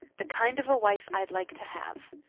the kind of a wife i'd like to have.